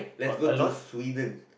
let's go to Sweden